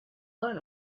learn